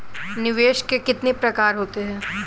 निवेश के कितने प्रकार होते हैं?